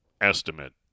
estimate